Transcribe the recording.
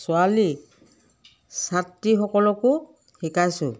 ছোৱালীক ছাত্ৰীসকলকো শিকাইছোঁ